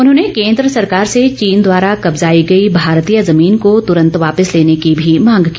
उन्होंने केन्द्र सरकार से चीन द्वारा कब्जाई गई भारतीय जमीन को तुरंत वापिस लेने की भी मांग की